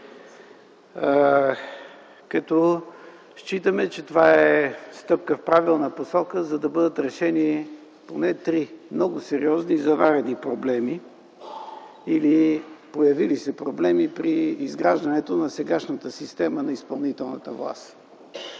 като считаме, че това е стъпка в правилна посока, за да бъдат решени поне три много сериозни заварени или появили се проблеми при изграждането на сегашната система на изпълнителната власт.